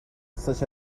such